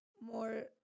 more